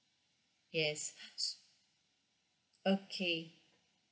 yes so okay